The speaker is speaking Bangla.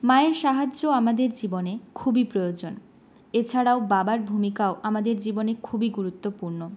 মায়ের সাহায্য আমাদের জীবনে খুবই প্রয়োজন এছাড়াও বাবার ভূমিকাও আমাদের জীবনে খুবই গুরুত্বপূর্ণ